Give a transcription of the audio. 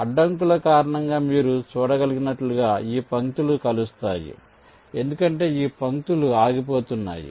అడ్డంకుల కారణంగా మీరు చూడగలిగినట్లుగా ఈ పంక్తులు కలుస్తాయి ఎందుకంటే ఈ పంక్తులు ఆగిపోతున్నాయి